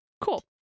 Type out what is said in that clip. Cool